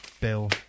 Bill